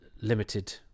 limited